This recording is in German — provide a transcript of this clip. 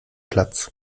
platz